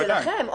ההחלטה שלכם.